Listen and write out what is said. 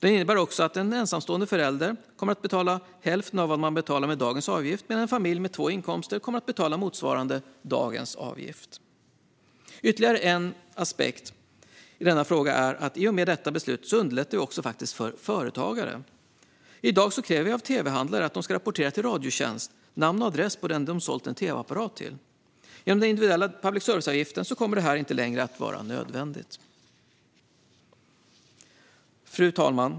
Den innebär också att en ensamstående förälder kommer att betala hälften av vad man betalar med dagens avgift, medan en familj med två inkomster kommer att betala motsvarande dagens avgift. Ytterligare en aspekt i denna fråga är att vi i och med detta beslut underlättar för företagare. I dag kräver vi av tv-handlare att de ska rapportera in namn och adress till Radiotjänst på den de sålt en tv-apparat till. Genom den individuella public service-avgiften kommer detta inte längre att vara nödvändigt. Fru talman!